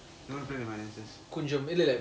don't play the man please